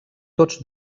tots